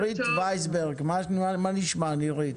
בבקשה.